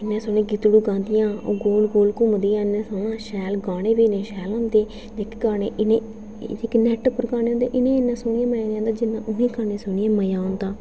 में सुनेआ गीतड़ू गांदियां गोल गोल घुमदियां इ'न्ना शैल गाने बी इ'न्नै शैल होंदे इ'न्ने गैाने एह् जेह्के नेट पर गाने औंदे इ'नें सुनने ई निं इ'न्ना मज़ा औंदा जि'न्ना उ'नेंगी सुनने गी मज़ा औंदा